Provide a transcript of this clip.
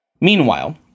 Meanwhile